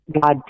God